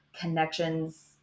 connections